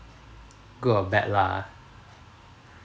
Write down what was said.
good or bad lah